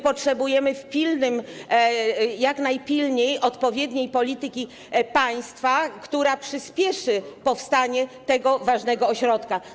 Potrzebujemy jak najpilniej odpowiedniej polityki państwa, która przyspieszy powstanie tego ważnego ośrodka.